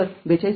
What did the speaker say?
तर४२